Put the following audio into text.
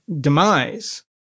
demise